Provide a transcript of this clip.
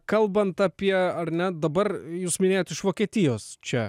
kalbant apie ar ne dabar jūs minėjot iš vokietijos čia